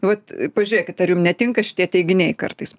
vat pažiūrėkit ar jum netinka šitie teiginiai kartais